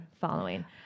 following